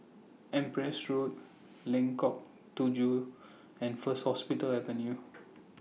Empress Road Lengkong Tujuh and First Hospital Avenue